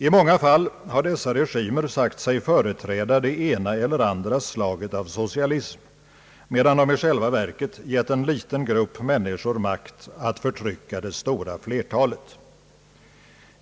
I många fall har dessa regimer sagt sig företräda det ena eller andra slaget av socialism, medan de i själva verket givit en liten grupp människor makt att förtrycka det stora flertalet.